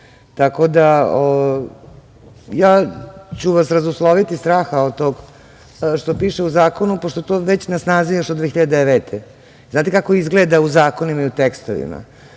tako da ja ću vas razusloviti straha od tog što piše u zakonu, pošto je to već na snazi još od 2009. godine. Znate kako izgleda u zakonima i u tekstovima?